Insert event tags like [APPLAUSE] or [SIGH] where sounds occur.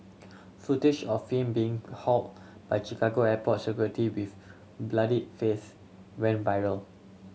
footage of him being [UNINTELLIGIBLE] haul by Chicago airport security with bloodied face went viral